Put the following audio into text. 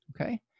Okay